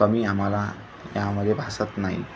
कमी आम्हाला यामध्ये भासत नाही